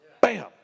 Bam